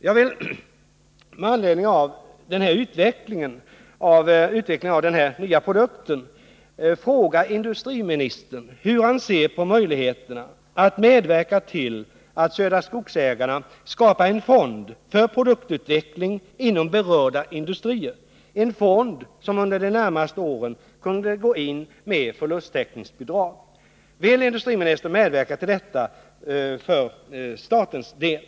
Jag vill med anledning av utvecklingen av den här nya produkten fråga industriministern hur han ser på möjligheterna att medverka till att Södra Skogsägarna skapar en fond för produktutveckling inom berörda industrier, en fond som under de närmaste åren kunde gå in med förlusttäckningsbidrag. Vill industriministern medverka till detta för statens del?